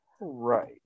Right